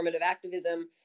activism